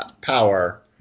power